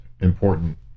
important